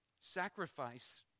Sacrifice